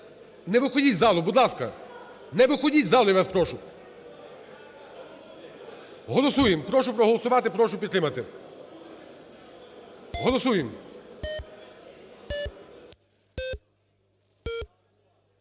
Не виходіть з залу, будь ласка! Не виходіть з залу, я вас прошу! Голосуємо! Прошу проголосувати і прошу підтримати. Голосуємо!